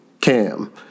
Cam